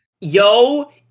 Yo